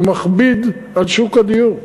שהוא מכביד על שוק הדיור.